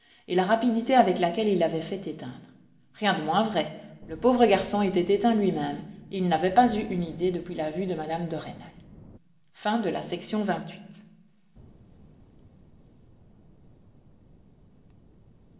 et la rapidité avec laquelle il avait fait éteindre rien de moins vrai le pauvre garçon était éteint lui-même il n'avait pas eu une idée depuis la vue de mme de rênal